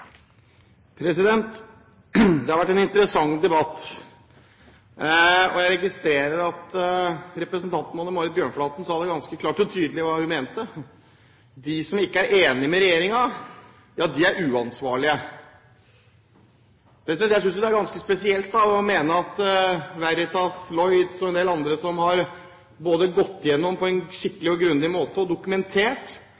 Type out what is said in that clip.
Det har vært en interessant debatt, og jeg registrerer at representanten Anne Marit Bjørnflaten sa ganske klart og tydelig hva de mener – de som ikke er enige med regjeringen, er uansvarlige. Jeg synes det er ganske spesielt. Veritas, Lloyd's og en del andre har gått gjennom dette på en